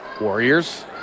Warriors